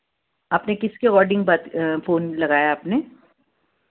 आपने किसके बात फोन लगाया आपने